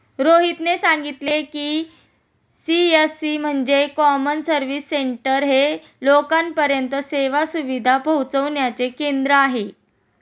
रोहितने सांगितले की, सी.एस.सी म्हणजे कॉमन सर्व्हिस सेंटर हे लोकांपर्यंत सेवा सुविधा पोहचविण्याचे केंद्र आहे